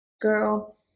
Girl